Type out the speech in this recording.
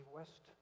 West